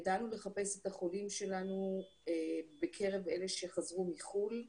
ידענו לחפש את החולים שלנו בקרב אלה שחזרו מחו"ל,